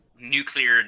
nuclear